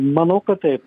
manau kad taip